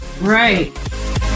Right